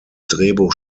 drehbuch